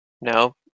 No